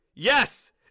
Yes